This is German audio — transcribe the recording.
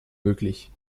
möglich